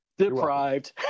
deprived